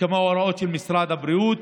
וכמו ההוראות של משרד הבריאות